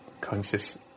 conscious